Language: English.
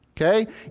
Okay